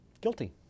Guilty